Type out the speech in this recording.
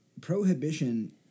Prohibition